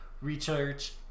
research